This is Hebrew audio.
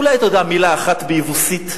אולי אתה יודע מלה אחת ביבוסית?